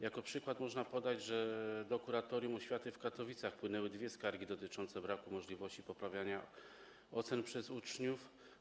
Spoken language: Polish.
Jako przykład można podać to, że do Kuratorium Oświaty w Katowicach wpłynęły dwie skargi dotyczące braku możliwości poprawienia ocen przez uczniów.